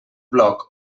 bloc